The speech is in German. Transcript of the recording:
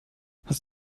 hast